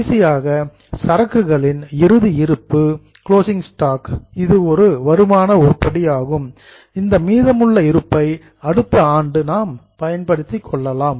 கடைசியாக சரக்குகளின் closing stock இறுதி இருப்பு இது ஒரு வருமான உருப்படியாகும் இந்த மீதமுள்ள இருப்பை அடுத்த ஆண்டு நாம் பயன்படுத்திக் கொள்ளலாம்